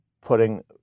putting